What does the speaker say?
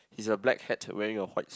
he's a black hat wearing a white